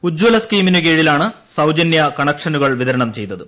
ഉജ്ജല സ്കീമിനു കീഴി ലാണ് സൌജനൃ കണക്ഷനുകൾ വിതരണം ചെയ്തത്